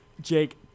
Jake